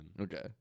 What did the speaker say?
Okay